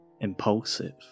impulsive